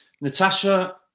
Natasha